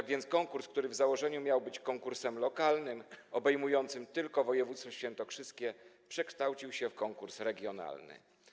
Konkurs, który w założeniu miał być konkursem lokalnym obejmującym tylko województwo świętokrzyskie, przekształcił się w konkurs regionalny.